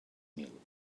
mil